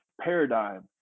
paradigm